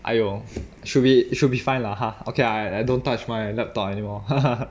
!aiyo! should be should be fine lah !huh! okay lah I I don't touch my laptop anymore